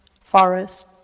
forests